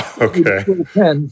Okay